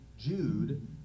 Jude